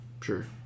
Sure